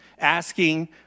asking